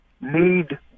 need